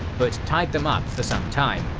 but tied them up for some time,